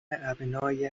ابنای